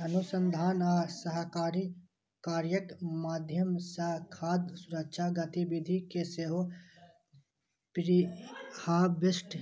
अनुसंधान आ सहकारी कार्यक माध्यम सं खाद्य सुरक्षा गतिविधि कें सेहो प्रीहार्वेस्ट